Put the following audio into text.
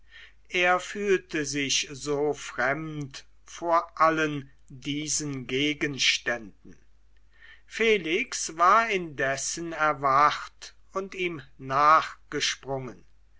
er fühlte sich so fremd vor allen diesen gegenständen felix war indessen erwacht und ihm nachgesprungen